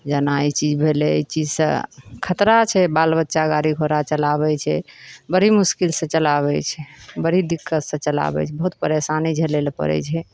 जेना ई चीज भेलै ई चीज से खतरा छै बाल बच्चा गाडी घोड़ा चलाबै छै बड़ी मुश्किल से चलाबै छै बड़ी दिक्कत से चलाबै छै बहुत परेशानी झेलै लए पड़ै छै